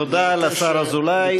תודה לשר אזולאי.